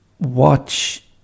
Watch